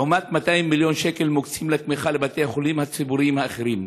לעומת 200 מיליון שקלים המוקצים לתמיכה בבתי החולים הציבוריים האחרים,